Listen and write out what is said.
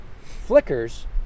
flickers